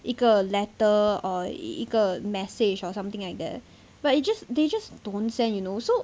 一个 letter or 一个 message or something like that but it just they just don't send you know so